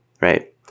right